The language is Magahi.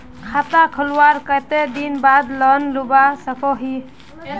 खाता खोलवार कते दिन बाद लोन लुबा सकोहो ही?